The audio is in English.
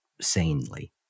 sanely